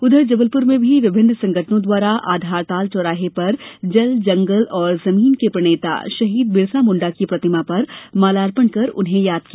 उधर जबलपुर में भी विभिन्न संगठनों द्वारा आधारताल चौराहे पर जल जगल और जमीन के प्रणेता शहीद बिरसा मुंडा की प्रतिमा पर माल्यार्पण कर उन्हें याद किया